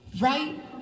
right